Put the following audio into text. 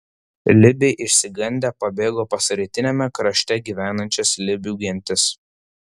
libiai išsigandę pabėgo pas rytiniame krašte gyvenančias libių gentis